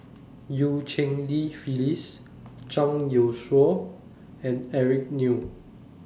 EU Cheng Li Phyllis Zhang Youshuo and Eric Neo